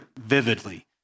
vividly